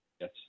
Yes